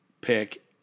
pick